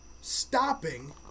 Stopping